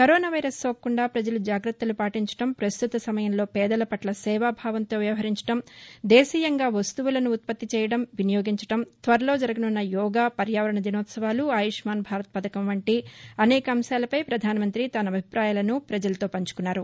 corona virus సోకకుండా ప్రజలు జాగ్రత్తలు పాటించడం ప్రస్తుత సమయంలో పేదల పట్ల సేవా భావంతో వ్యవహరించడం దేశీయంగా వస్తువులను ఉత్పత్తి చేయడం వినియోగించడం త్వరలో జరగనున్న యోగా పర్యావరణ దినోత్సవాలు ఆయుష్వాన్ భారత్ పథకం వంటి అనేక అంశాలపై పధాన మంతి తన అభిప్రాయాలను ప్రజలతో పంచుకున్నారు